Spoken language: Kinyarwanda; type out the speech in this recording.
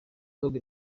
dogg